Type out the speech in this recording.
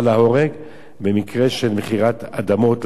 להורג במקרה של מכירת אדמות ל"כופרים",